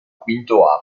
quinto